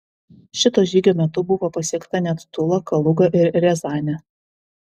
šito žygio metu buvo pasiekta net tula kaluga ir riazanė